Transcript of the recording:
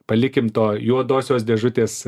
palikim to juodosios dėžutės